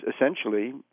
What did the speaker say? essentially